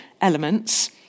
elements